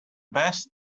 best